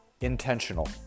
intentional